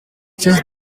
since